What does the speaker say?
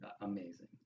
amazing